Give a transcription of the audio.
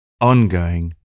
ongoing